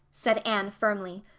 said anne firmly,